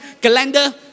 calendar